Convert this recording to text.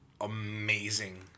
amazing